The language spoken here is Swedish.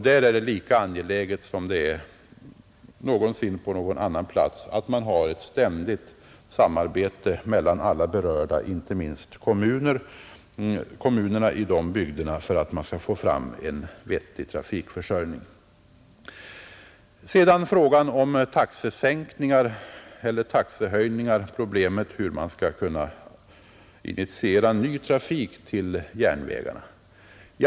Där är det lika angeläget som på någon annan plats att man har ett ständigt samarbete mellan alla berörda, inte minst med kommunerna i dessa bygder, för att man skall kunna få fram en vettig trafikförsörjning. Sedan skall jag beröra frågan om taxesänkningar eller taxehöjningar, dvs. problemet hur man skall kunna initiera ny trafik till järnvägarna.